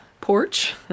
porch